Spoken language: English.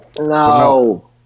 No